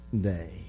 day